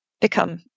become